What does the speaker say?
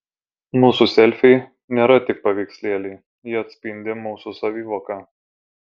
mūsų selfiai nėra tik paveikslėliai jie atspindi mūsų savivoką